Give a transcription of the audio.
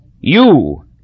You